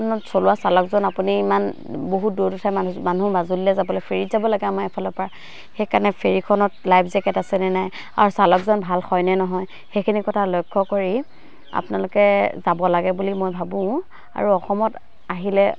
আপোনাক চলোৱা চালকজন আপুনি ইমান বহুত দূৰৰ দূৰৰ ঠাইৰ মানুহ মানুহ মাজুলীলৈ যাবলৈ ফেৰিত যাব লাগে আমাৰ এফালৰ পৰা সেইকাৰণে ফেৰিখনত লাইফ জেকেট আছেনে নাই আৰু চালকজন ভাল হয়নে নহয় সেইখিনি কথা লক্ষ্য কৰি আপোনালোকে যাব লাগে বুলি মই ভাবোঁ আৰু অসমত আহিলে